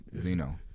Zeno